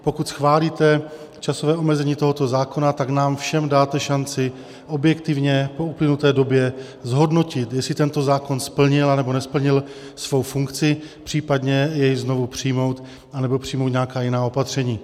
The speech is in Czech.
Pokud schválíte časové omezení tohoto zákona, tak nám všem dáte šanci objektivně po uplynuté době zhodnotit, jestli tento zákon splnil, anebo nesplnil svou funkci, případně jej znovu přijmout nebo přijmout nějaká jiná opatření.